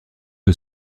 que